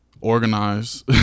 organize